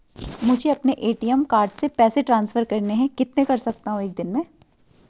मुझे अपने ATM card से पैसे ट्रांसफर करने हैं कितने कर सकता हूँ एक दिन में?